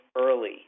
early